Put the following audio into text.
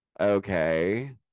okay